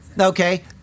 Okay